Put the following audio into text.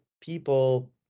people